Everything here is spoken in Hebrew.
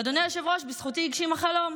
ואדוני היושב-ראש, בזכותי היא הגשימה חלום.